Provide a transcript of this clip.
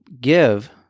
give